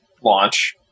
launch